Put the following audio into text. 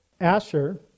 Asher